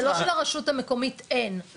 זה לא שלרשות המקומית אין,